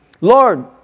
Lord